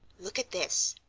look at this,